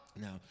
Now